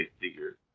figure